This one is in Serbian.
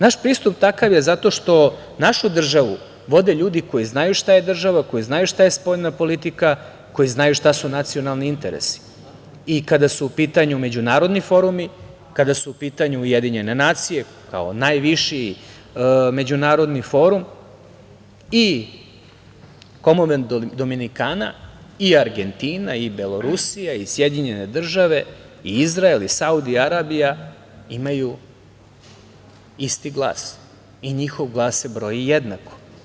Naš pristup je takav zato što našu državu vode ljudi koji znaju šta je država, koji znaju šta je spoljna politika, koji znaju šta su nacionalni interesi, i kada su u pitanju međunarodni forumi, kada su u pitanju Ujedinjene nacije, kao najviši međunarodni forum, i Komonvelt Dominikana i Argentina i Belorusija i Sjedinjene Američke Države i Izrael i Saudijska Arabija imaju isti glas i njihov glas se broji jednako.